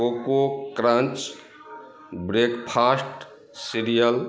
coco crunch breakfast serial